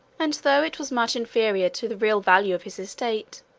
and though it was much inferior to the real value of his estate,